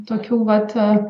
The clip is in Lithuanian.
tokių vat